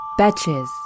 Betches